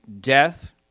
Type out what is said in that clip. death